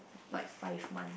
like five month